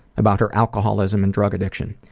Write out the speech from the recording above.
about her alcoholism and drug addiction,